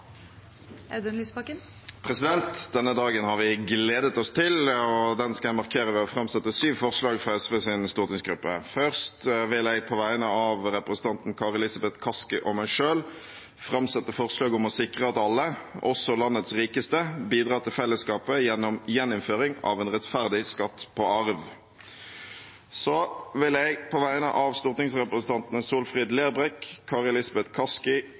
Audun Lysbakken vil fremsette syv representantforslag. Denne dagen har vi gledet oss til, og den skal jeg markere ved å framsette syv forslag fra SVs stortingsgruppe. Først vil jeg på vegne av representanten Kari Elisabeth Kaski og meg selv framsette forslag om å sikre at alle, også landets rikeste, bidrar til fellesskapet gjennom gjeninnføring av en rettferdig skatt på arv. Så vil jeg på vegne av stortingsrepresentantene Solfrid Lerbrekk, Kari Elisabeth Kaski,